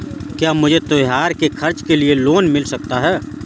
क्या मुझे त्योहार के खर्च के लिए लोन मिल सकता है?